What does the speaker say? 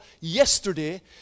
yesterday